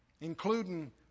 Including